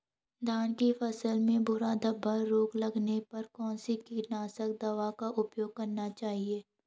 धान की फसल में भूरा धब्बा रोग लगने पर कौन सी कीटनाशक दवा का उपयोग करना चाहिए?